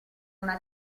una